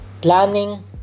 Planning